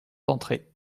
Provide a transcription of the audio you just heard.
d’entrée